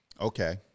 Okay